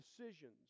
decisions